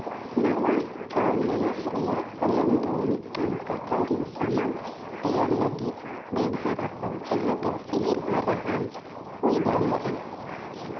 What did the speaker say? ᱱᱟᱣᱟ ᱪᱟᱣᱞᱮ ᱨᱮᱭᱟᱜ ᱦᱚᱞᱚᱝ ᱫᱚ ᱢᱤᱫᱴᱟᱝ ᱴᱚᱴᱷᱟᱨᱤ ᱥᱚᱢᱟᱱ ᱛᱮᱭᱟᱨ ᱞᱟᱹᱜᱤᱫ ᱵᱮᱵᱚᱦᱟᱨ ᱟᱠᱳ ᱡᱟᱦᱟᱸ ᱫᱳ ᱥᱤᱵᱤᱞ ᱟᱨ ᱨᱟᱦᱟᱢ ᱦᱩᱭ ᱫᱟᱲᱮᱭᱟᱜᱼᱟ